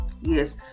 Yes